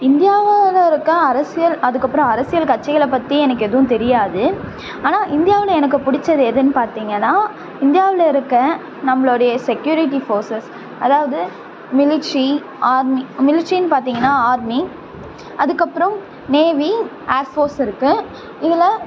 இந்தியாவில் இருக்க அரசியல் அதுக்கு அப்புறம் அரசியல் கட்சிகளை பற்றி எனக்கு எதுவும் தெரியாது ஆனால் இந்தியாவில் எனக்கு பிடிச்சது எதுன்னு பார்த்தீங்கன்னா இந்தியாவில் இருக்க நம்மளுடைய செக்கியூரிட்டி ஃபோர்சஸ் அதாவது மிலிட்ரி ஆர்மி மிலிட்ரினு பார்த்தீங்கன்னா ஆர்மி அதுக்கு அப்புறம் நேவி ஆர் ஃபோஸ் இருக்குது இதில்